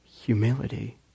humility